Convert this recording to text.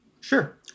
Sure